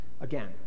Again